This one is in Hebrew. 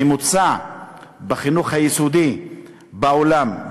הממוצע בחינוך היסודי בעולם,